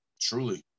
Truly